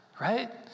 right